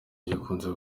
gikunze